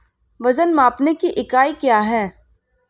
वजन मापने की इकाई क्या है?